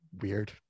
weird